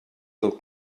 del